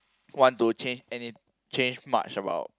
want to change any change much about